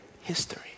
History